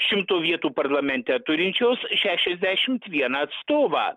šimto vietų parlamente turinčios šešiasdešimt vieną atstovą